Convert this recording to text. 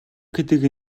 гэдэг